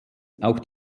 auch